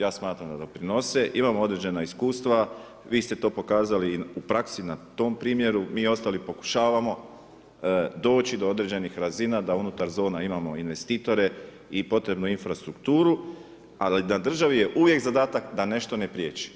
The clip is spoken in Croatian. Ja smatra da doprinose, imamo određena iskustva, vi ste to pokazali u praksi na tom primjeru, mi ostali pokušavamo doći do određenih razina da unutar zona imamo investitore i potrebnu infrastrukturu, ali na državi je uvijek zadatak da nešto ne priječi.